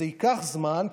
זה ייקח זמן,